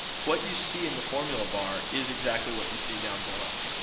what you see in the formula bar is exactly what you see down below.